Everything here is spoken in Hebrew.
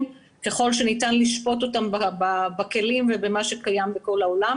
ככל שניתן לשפוט אותם בכלים ובמה שקיים בכל העולם.